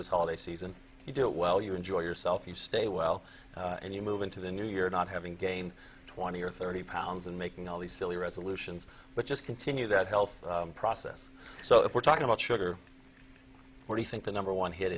this holiday season you do it well you enjoy yourself you stay well and you move into the new year not having gained twenty or thirty pounds and making all these silly resolutions but just continue that health process so if we're talking about sugar what do you think the number one hit